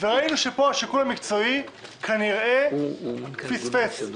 ראינו שפה השיקול המקצועי כנראה פספס,